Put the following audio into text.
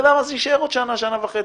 אתה יודע מה, אני אשאר שנה, שנה וחצי.